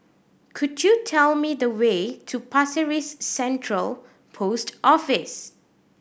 could you tell me the way to Pasir Ris Central Post Office